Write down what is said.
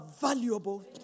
valuable